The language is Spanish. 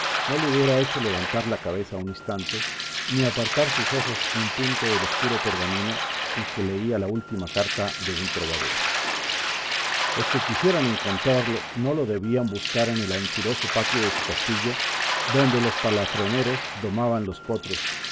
no le hubiera hecho levantar la cabeza un instante ni apartar sus ojos un punto del oscuro pergamino en que leía la última carta de un trovador los que quisieran encontrarlo no lo debían buscar en el anchuroso patio de su castillo donde los palafreneros domaban los potros